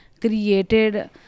created